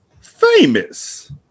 famous